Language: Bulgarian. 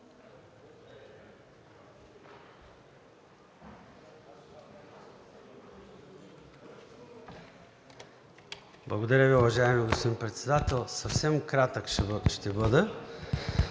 Благодаря Ви, уважаеми господин Председател. Съвсем кратък ще бъда.